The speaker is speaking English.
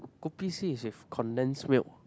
kopi C is with condensed milk